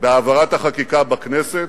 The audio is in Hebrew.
בהעברת החקיקה בכנסת,